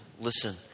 listen